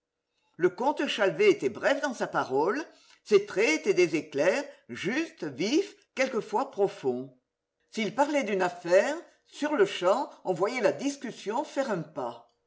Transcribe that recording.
le comte chalvet était bref dans sa parole ses traits étaient des éclairs justes vifs quelquefois profonds s'il parfait d'une affaire sur-le-champ on voyait la discussion faire un pas